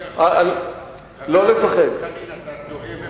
הכנסת חנין, אתה טועה ומטעה.